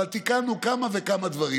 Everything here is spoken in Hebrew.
אבל תיקנו כמה וכמה דברים.